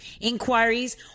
inquiries